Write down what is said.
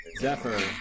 Zephyr